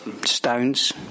Stones